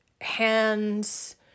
hands